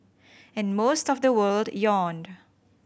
and most of the world yawned